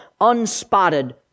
unspotted